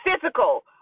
physical